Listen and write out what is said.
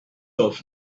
off